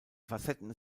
facetten